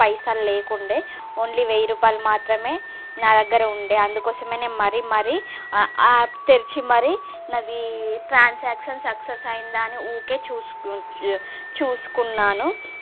పైసలు లేకుండే ఓన్లీ వెయ్యి రూపాయలు మాత్రమే నా దగ్గర ఉండే అందుకోసమే నేను మరీ మరీ ఆ యాప్ తెరిచి మరి నాది ట్రాన్సాక్షన్ సక్సెస్ అయ్యిందా అని ఊరికే చూసుకుం చూసుకున్నాను